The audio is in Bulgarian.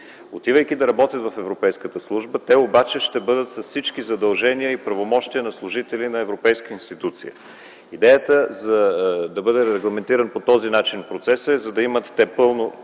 Отивайки да работят в Европейската служба те обаче ще бъдат с всички задължения и правомощия на служители на европейска институция. Идеята да бъде регламентиран процесът по този начин, е за да имат те, първо,